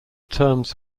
terms